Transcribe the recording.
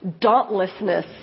dauntlessness